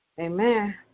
Amen